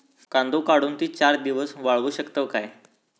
कांदो काढुन ती चार दिवस वाळऊ शकतव काय?